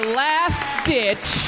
last-ditch